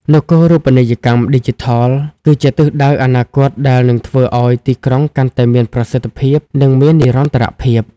នគរូបនីយកម្មឌីជីថល គឺជាទិសដៅអនាគតដែលនឹងធ្វើឱ្យទីក្រុងកាន់តែមានប្រសិទ្ធភាព និងមាននិរន្តរភាព។